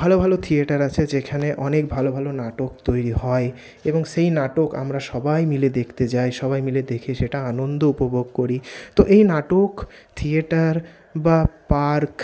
ভালো ভালো থিয়েটার আছে যেখানে অনেক ভালো ভালো নাটক তৈরি হয় এবং সেই নাটক আমরা সবাই মিলে দেখতে যাই সবাই মিলে দেখে সেটা আনন্দ উপভোগ করি তো এই নাটক থিয়েটার বা পার্ক